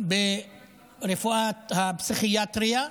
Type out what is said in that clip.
ברפואת הפסיכיאטריה,